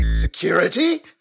Security